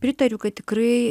pritariu kad tikrai